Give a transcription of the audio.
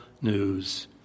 news